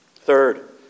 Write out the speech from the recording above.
Third